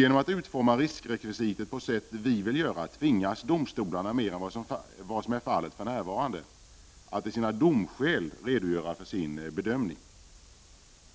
Genom att riskrekvisitet utformas på det sätt som vi vill tvingas domstolarna mer än vad som är fallet för närvarande att i sina domskäl redogöra för sin bedömning.